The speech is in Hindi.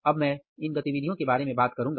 अब मैं इन गतिविधियों के बारे में बात करूंगा